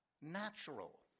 natural